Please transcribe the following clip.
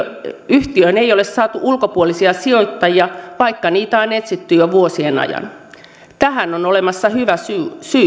yhtiöön ei ole saatu ulkopuolisia sijoittajia vaikka niitä on etsitty jo vuosien ajan tähän on olemassa hyvä syy